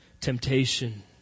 temptation